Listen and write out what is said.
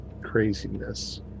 craziness